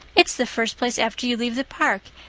it's the first place after you leave the park,